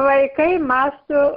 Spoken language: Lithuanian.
vaikai mąsto